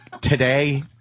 today